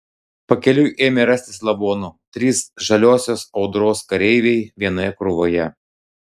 pakeliui ėmė rastis lavonų trys žaliosios audros kareiviai vienoje krūvoje